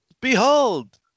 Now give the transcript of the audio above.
Behold